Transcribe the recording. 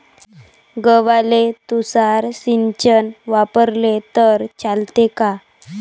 गव्हाले तुषार सिंचन वापरले तर चालते का?